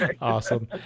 awesome